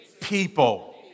people